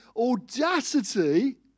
audacity